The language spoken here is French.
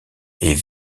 est